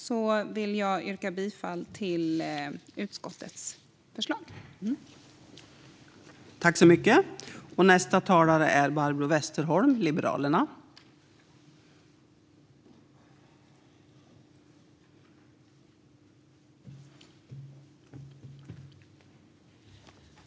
Med detta yrkar jag bifall till utskottets förslag.